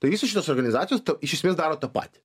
tai visos šitos organizacijos ta iš esmės daro tą patį